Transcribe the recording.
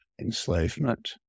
enslavement